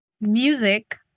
music